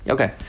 Okay